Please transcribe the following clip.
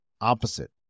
opposite